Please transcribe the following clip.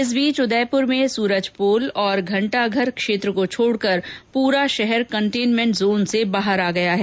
इस बीच उदयपुर में सूरजपोल और घंटाघर क्षेत्र को छोड़कर प्रा शहर कंटेनमेंट जोन से बाहर आ गया है